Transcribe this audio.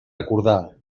recordar